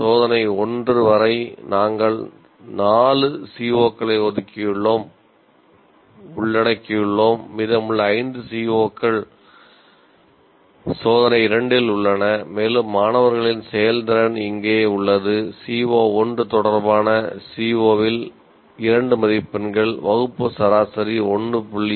சோதனை 1 வரை நாங்கள் 4 சிஓக்களை உள்ளடக்கியுள்ளோம் மீதமுள்ள 5 சிஓக்கள் சோதனை 2 இல் உள்ளன மேலும் மாணவர்களின் செயல்திறன் இங்கே உள்ளது CO 1 தொடர்பான CO இல் 2 மதிப்பெண்கள் வகுப்பு சராசரி 1